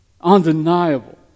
undeniable